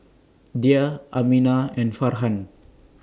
Dhia Aminah and Farhan